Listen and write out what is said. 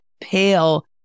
pale